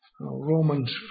Romans